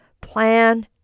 plan